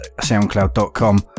soundcloud.com